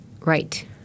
Right